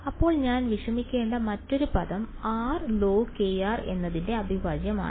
അപ്പോൾ ഞാൻ വിഷമിക്കേണ്ട മറ്റൊരു പദം r log എന്നതിന്റെ അവിഭാജ്യമാണ്